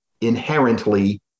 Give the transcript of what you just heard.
inherently